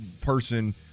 person